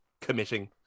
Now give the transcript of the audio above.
committing